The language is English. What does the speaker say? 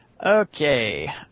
Okay